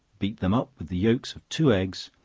beat them up with the yelks of two eggs,